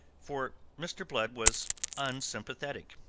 for mr. blood was unsympathetic,